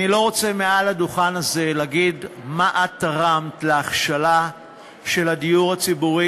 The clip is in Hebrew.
אני לא רוצה מעל הדוכן הזה להגיד מה את תרמת להכשלה של הדיור הציבורי,